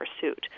pursuit